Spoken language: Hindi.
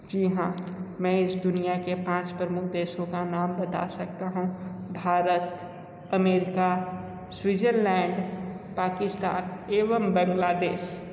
जी हाँ मैं इस दुनिया के पाँच प्रमुख देशों का नाम बता सकता हूँ भारत अमेरिका स्विट्ज़रलैंड पाकिस्तान एवम बंग्लादेश